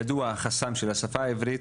ידוע החסם של השפה העברית.